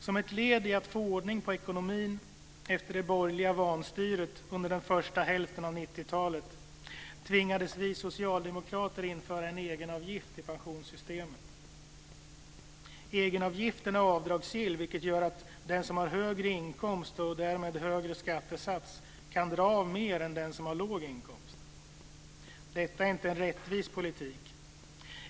Som ett led i att få ordning på ekonomin efter det borgerliga vanstyret under den första hälften av 90-talet tvingades vi socialdemokrater införa en egenavgift i pensionssystemet. Egenavgiften är avdragsgill, vilket gör att den som har högre inkomst, och därmed högre skattesats, kan dra av mer än den som har låg inkomst. Detta är inte en rättvis politik.